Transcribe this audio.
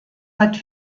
hat